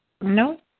No